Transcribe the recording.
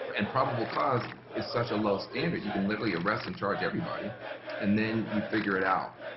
and probable cause is such a low standard, you can literally arrest and charge everybody and then you figure it out,